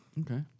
Okay